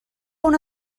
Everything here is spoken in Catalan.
una